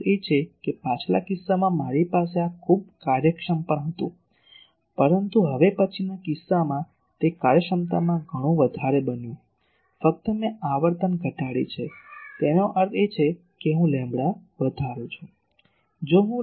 એનો અર્થ એ કે પાછલા કિસ્સામાં મારી પાસે આ ખૂબ કાર્યક્ષમ પણ હતું પરંતુ હવે પછીના કિસ્સામાં તે કાર્યક્ષમતામાં ઘણું વધારે બન્યું ફક્ત મેં આવર્તન ઘટાડી છે તેનો અર્થ એ કે હું લેમ્બડા વધારું છું